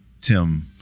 Tim